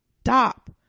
stop